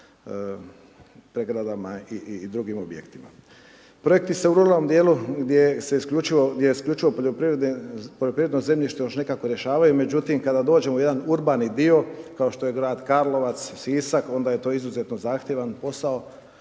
pregradama i drugim objektima. Projekti se u ruralnom dijelu gdje je isključivo poljoprivredno zemljište još nekako rješavaju, međutim kada dođemo u jedan urbani dio kao što je grad Karlovac, Sisak, onda je to izuzetno zahtjevan posao.